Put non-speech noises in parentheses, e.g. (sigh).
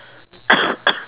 (coughs)